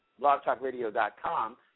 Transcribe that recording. blogtalkradio.com